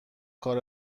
کار